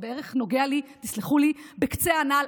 זה נוגע לי בערך, תסלחו לי, בקצה הנעל.